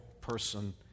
person